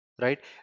right